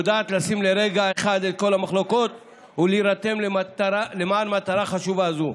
היא יודעת לשים לרגע אחד את כל המחלוקות ולהירתם למען מטרה חשובה זו.